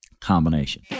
combination